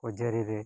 ᱡᱟᱹᱨᱤ ᱨᱮ